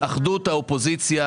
באחדות האופוזיציה.